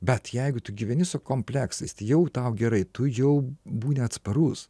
bet jeigu tu gyveni su kompleksais tai jau tau gerai tu jau būni atsparus